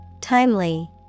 Timely